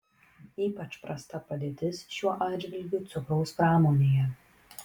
ypač prasta padėtis šiuo atžvilgiu cukraus pramonėje